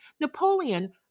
Napoleon